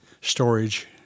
storage